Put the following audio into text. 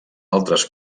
altres